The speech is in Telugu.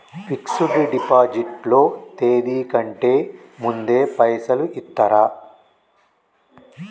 ఫిక్స్ డ్ డిపాజిట్ లో తేది కంటే ముందే పైసలు ఇత్తరా?